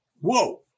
Whoa